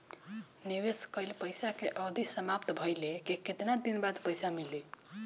निवेश कइल पइसा के अवधि समाप्त भइले के केतना दिन बाद पइसा मिली?